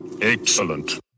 Excellent